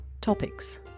topics